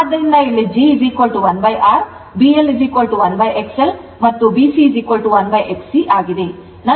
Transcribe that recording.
ಆದ್ದರಿಂದ ಇಲ್ಲಿ G 1R B L1XL and B C1XC ಆಗಿದೆ